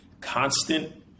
constant